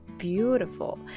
Beautiful